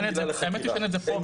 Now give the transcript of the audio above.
האמת שאין את זה פה,